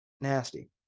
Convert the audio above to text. Nasty